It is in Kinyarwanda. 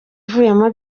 ivuyemo